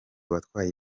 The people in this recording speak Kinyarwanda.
watwaye